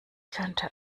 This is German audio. könnte